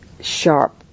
sharp